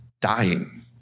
dying